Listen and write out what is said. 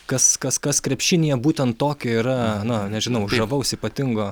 kas kas kas krepšinyje būtent tokio yra na nežinau žavaus ypatingo